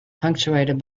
punctuated